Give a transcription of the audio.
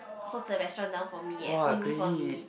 close the restaurant down for me eh only for me